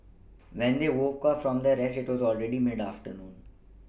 when they woke up from their rest it was already mid afternoon